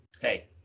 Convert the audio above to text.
hey